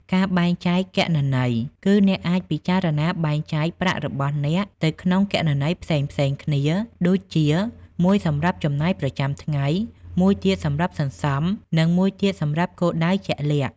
ការបែងចែកគណនី គឺអ្នកអាចពិចារណាបែងចែកប្រាក់របស់អ្នកទៅក្នុងគណនីផ្សេងៗគ្នា ដូចជា មួយសម្រាប់ចំណាយប្រចាំថ្ងៃ មួយទៀតសម្រាប់សន្សំ និងមួយទៀតសម្រាប់គោលដៅជាក់លាក់។